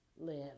live